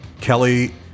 Kelly